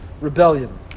rebellion